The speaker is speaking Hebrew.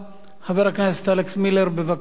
חבר הכנסת אלכס מילר, בבקשה.